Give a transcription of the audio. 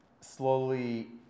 slowly